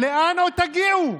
לאן עוד תגיעו?